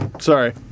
Sorry